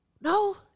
No